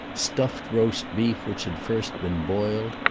stuffed roast beef which had first been boiled,